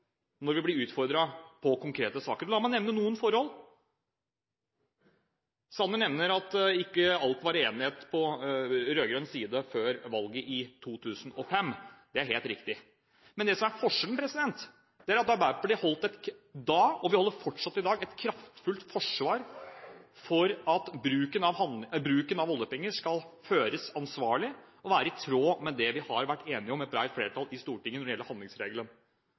når vi blir utfordret på konkrete saker. La meg nevne noen forhold. Sanner nevner at det ikke alltid var enighet på rød-grønn side før valget i 2005 – det er helt riktig. Men det som er forskjellen, er at Arbeiderpartiet hadde da – og vi har fortsatt i dag – et kraftfullt forsvar for at bruken av oljepenger skal være ansvarlig og i tråd med det et bredt flertall i Stortinget har vært enige om når det gjelder